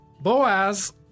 Boaz